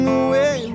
away